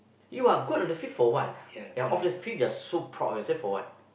you are good on the field for what ya off they field they are so proud of yourself for what